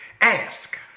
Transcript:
Ask